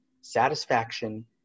satisfaction